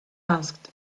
asked